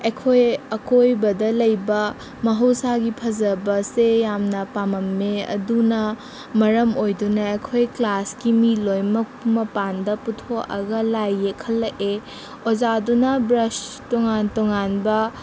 ꯑꯩꯈꯣꯏ ꯑꯀꯣꯏꯕꯗ ꯂꯩꯕ ꯃꯍꯧꯁꯥꯒꯤ ꯐꯖꯕꯁꯦ ꯌꯥꯝꯅ ꯄꯥꯝꯃꯝꯃꯦ ꯑꯗꯨꯅ ꯃꯔꯝ ꯑꯣꯏꯗꯨꯅ ꯑꯩꯈꯣꯏ ꯀ꯭ꯂꯥꯁꯀꯤ ꯃꯤ ꯂꯣꯏꯃꯛ ꯃꯄꯥꯟꯗ ꯄꯨꯊꯣꯛꯑꯒ ꯂꯥꯏ ꯌꯦꯛꯍꯜꯂꯛꯑꯦ ꯑꯣꯖꯥꯗꯨꯅ ꯕ꯭ꯔꯁ ꯇꯣꯡꯉꯥꯟ ꯇꯣꯡꯉꯥꯟꯕ